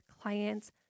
clients